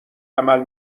عمل